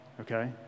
okay